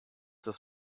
das